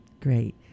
Great